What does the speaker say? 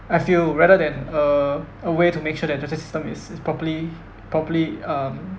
I feel rather than uh a way to make sure that justice system is is properly properly um